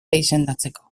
izendatzeko